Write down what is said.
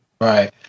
Right